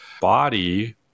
body